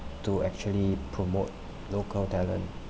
to actually promote local talent